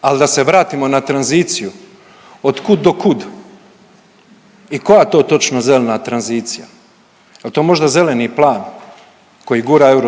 Ali da se vratimo na tranziciju. Od kud do kud i koja to točno zelena tranzicija? Je li to možda zeleni plan koji gura EU?